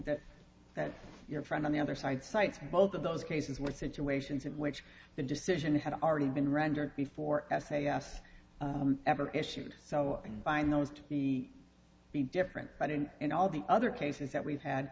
that that your friend on the other side cites both of those cases were situations in which the decision had already been rendered before s a s ever issued so and find those to be be different but in in all the other cases that we've had